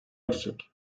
yüksek